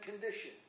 condition